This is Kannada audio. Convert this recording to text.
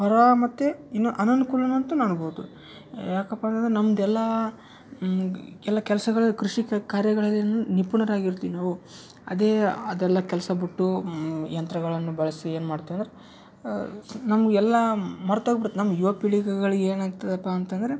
ಅರಾಮ್ ಮತ್ತು ಇನ್ನು ಅನಾನ್ಕೂಲ ಅಂತಲೂ ಅನ್ಬೌದು ಯಾಕಪ್ಪ ಅಂದರೆ ನಮ್ದು ಎಲ್ಲ ಎಲ್ಲ ಕೆಲಸಗಳೆ ಕೃಷಿಕ ಕಾರ್ಯಗಳಲ್ಲಿ ನಿಪುಣರಾಗಿರ್ತೀವಿ ನಾವು ಅದೇ ಅದೆಲ್ಲ ಕೆಲಸ ಬಿಟ್ಟು ಯಂತ್ರಗಳನ್ನು ಬಳಸಿ ಏನು ಮಾಡ್ತೀವಿ ಅಂದ್ರೆ ನಮ್ಗೆ ಎಲ್ಲಾ ಮರ್ತು ಹೋಗಿಬಿಡುತ್ತೆ ನಮ್ಮ ಯುವಪೀಳಿಗೆಗಳಿಗೆ ಏನಾಗ್ತದಪ್ಪಾ ಅಂತಂದರೆ